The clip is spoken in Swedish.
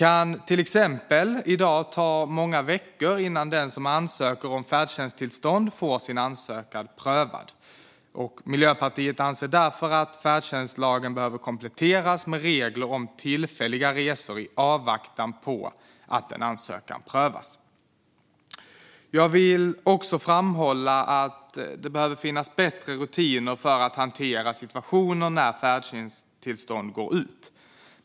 I dag kan det ta många veckor innan den som ansöker om färdtjänsttillstånd får sin ansökan prövad. Miljöpartiet anser därför att färdtjänstlagen behöver kompletteras med regler om tillfälliga resor i avvaktan på att en ansökan prövas. Jag vill också framhålla att det behöver finnas bättre rutiner för att hantera situationer när ett färdtjänsttillstånd går ut.